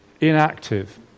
inactive